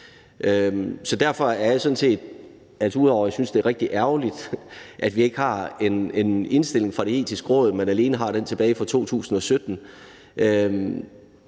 i forhold til det. Så ud over at jeg synes, det er rigtig ærgerligt, at vi ikke har en indstilling fra Det Etiske Råd, men at vi alene har den tilbage fra 2017,